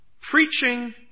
Preaching